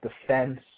defense